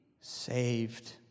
saved